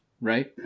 right